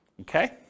Okay